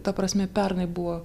ta prasme pernai buvo